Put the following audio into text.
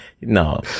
No